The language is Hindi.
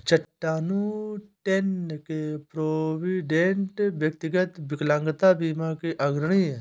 चट्टानूगा, टेन्न के प्रोविडेंट, व्यक्तिगत विकलांगता बीमा में अग्रणी हैं